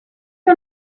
you